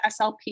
SLP